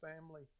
family